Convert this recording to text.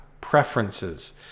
preferences